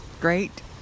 great